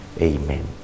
Amen